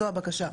זו הבקשה,